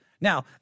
Now